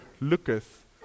looketh